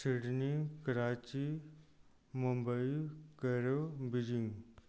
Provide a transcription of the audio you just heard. Sydney Karachi Mumbai Cairo Beijing